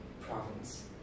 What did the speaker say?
province